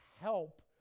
help